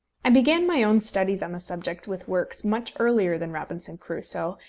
i began my own studies on the subject with works much earlier than robinson crusoe,